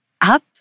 up